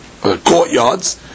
courtyards